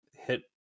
hit